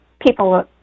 people